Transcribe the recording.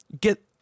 Get